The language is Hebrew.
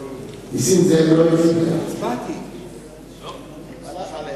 (מועד בחירות כלליות) (תיקון מס' 6),